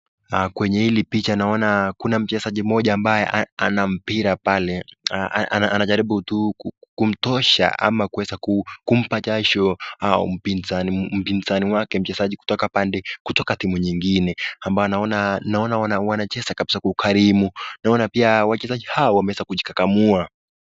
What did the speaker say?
Kwenye hili picha naona kuna mchezaji mmoja ambaye ana mpira pale, anajaribu tu kumtosha ama kuweza kumpa jasho mpinzani yake mchezaji kutoka upande/timu nyingine ambao wanacheza kabisa kwa ukarimu, naona pia wachezaji hao wanaweza kujikakamua.